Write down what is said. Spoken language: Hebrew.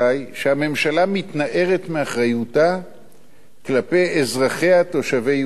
שהממשלה מתנערת מאחריותה כלפי אזרחיה תושבי יהודה ושומרון.